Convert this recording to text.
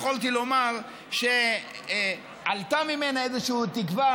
יכולתי לומר שעלתה מהם איזושהי תקווה